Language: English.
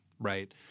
Right